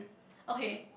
okay